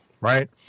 Right